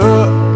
up